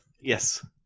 Yes